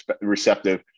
receptive